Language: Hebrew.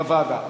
בוועדה.